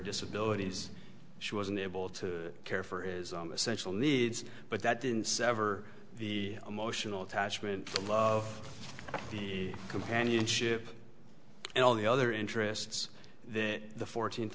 disability she was unable to care for is essential needs but that didn't sever the emotional attachment of the companionship and all the other interests that the fourteenth